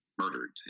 murdered